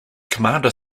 commander